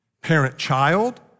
parent-child